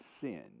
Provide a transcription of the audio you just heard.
sin